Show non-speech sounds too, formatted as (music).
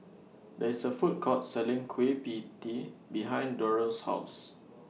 There IS A Food Court Selling Kueh B Tee behind Durell's House (noise)